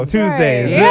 Tuesdays